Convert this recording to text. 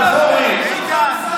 הרי אתה הסכמת להקים,